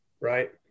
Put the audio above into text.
Right